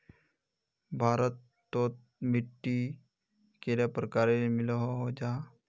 भारत तोत मिट्टी कैडा प्रकारेर मिलोहो जाहा?